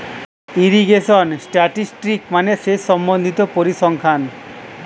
irrigation statistics মানে সেচ সম্বন্ধিত পরিসংখ্যান